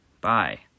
Bye